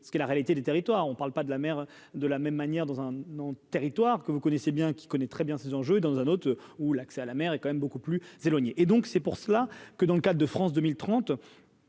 ce qu'est la réalité des territoires, on ne parle pas de la mer de la même manière dans un en territoire que vous connaissez bien, qui connaît très bien ses enjeux dans un autre, ou l'accès à la mer est quand même beaucoup plus s'éloigner et donc c'est pour cela que dans le cadre de France 2030